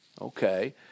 Okay